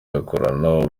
akorana